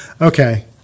Okay